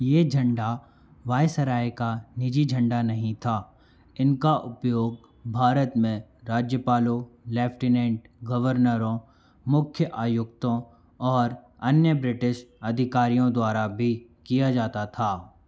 यह झंडा वायसराय का निजी झंडा नहीं था इनका उपयोग भारत में राज्यपालों लेफ्टिनेंट गवर्नरों मुख्य आयुक्तों और अन्य ब्रिटिश अधिकारियों द्वारा भी किया जाता था